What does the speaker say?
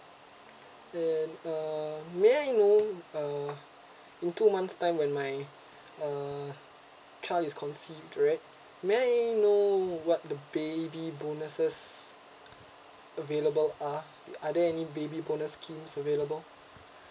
and uh may I know uh in two months time when my uh child is considerate may I know what the baby bonuses available are are there any baby bonus scheme available